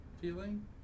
feeling